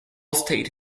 state